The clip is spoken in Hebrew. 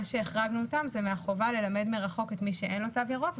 החרגנו אותם מהחובה ללמד מרחוק את מי שאין לו תו ירוק.